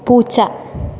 പൂച്ച